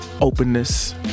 openness